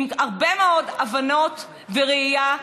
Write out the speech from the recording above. עם הרבה מאוד הבנות וראייה.